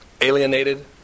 alienated